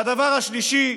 והדבר השלישי,